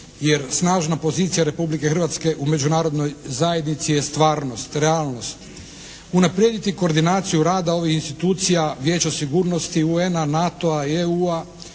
jer snažna pozicija Republike Hrvatske u međunarodnoj zajednici je stvarnost, realnost. Unaprijediti koordinaciju rada ovih institucija Vijeća sigurnosti, UN-a, NATO-a i EU-a